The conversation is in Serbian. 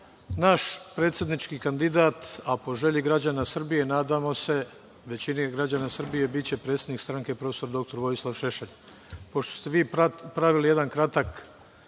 Naš predsednički kandidat, a po želji građana Srbije nadamo se, većine građana Srbije, biće predsednik stranke prof. dr Vojislav Šešelj.